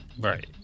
Right